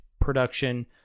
production